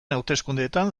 hauteskundeetan